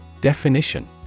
Definition